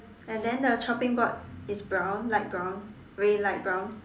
and then the chopping board is brown light brown very light brown